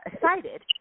cited